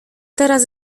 teraz